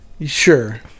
Sure